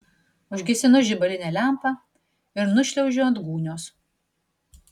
užgesinu žibalinę lempą ir nušliaužiu ant gūnios